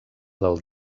del